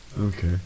Okay